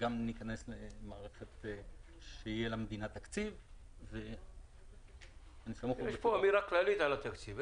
גם ניכנס למערכת שיהיה למדינה תקציב --- יש פה אמירה כללית על התקציב.